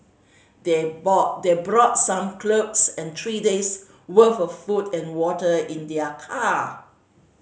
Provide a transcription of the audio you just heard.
they bought brought some clothes and three days worth of food and water in their car